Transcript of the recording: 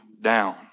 down